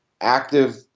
active